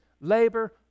labor